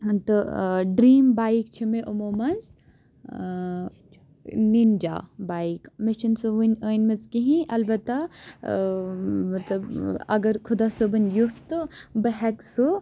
تہٕ ٲں dream bike چھِ مےٚ یِمو منٛز ٲں نِنجا بایک مےٚ چھَنہٕ سۄ وُنہِ أنمٕژ کہیٖنۍ اَلبَتہ ٲں مطلب اگر خۄدا صٲبَن یُوٚژھ تہٕ بہٕ ہیٚکہٕ سۄ